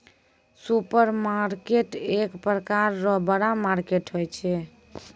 supermarket एक प्रकार रो बड़ा मार्केट होय छै